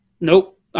nope